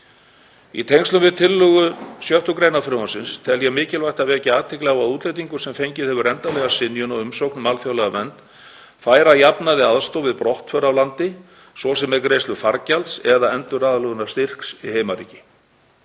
Í tengslum við tillögu 6. gr. frumvarpsins tel ég mikilvægt að vekja athygli á að útlendingur sem fengið hefur endanlega synjun á umsókn um alþjóðlega vernd fær að jafnaði aðstoð við brottför af landi, svo sem með greiðslu fargjalds eða enduraðlögunarstyrks í heimaríki.